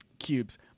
Cubes